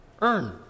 earn